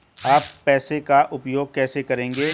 आप पैसे का उपयोग कैसे करेंगे?